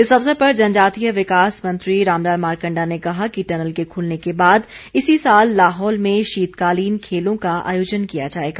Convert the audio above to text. इस अवसर पर जनजातीय विकास मंत्री रामलाल मारकंडा ने कहा कि टनल के खुलने के बाद इसी साल लाहौल में शीतकालीन खेलों का आयोजन किया जाएगा